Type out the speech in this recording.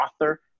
author